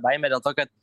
baimė dėl to kad